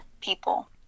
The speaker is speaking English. people